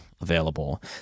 available